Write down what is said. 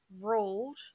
ruled